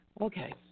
Okay